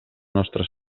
nostre